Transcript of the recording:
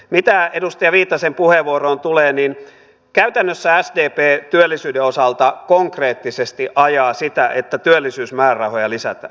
mitä edustaja viitasen puheenvuoroon tulee niin käytännössä sdp työllisyyden osalta konkreettisesti ajaa sitä että työllisyysmäärärahoja lisätään